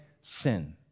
sin